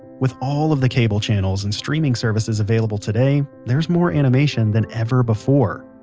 with all of the cable channels and streaming services available today, there's more animation than ever before.